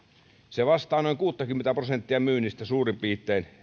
se vastaa noin kuuttakymmentä prosenttia myynnistä suurin piirtein